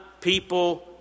people